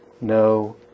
no